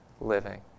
living